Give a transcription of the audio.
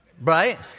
right